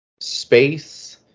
space